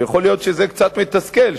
ויכול להיות שזה קצת מתסכל,